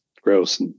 gross